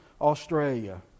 Australia